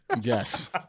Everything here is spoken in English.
Yes